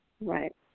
Right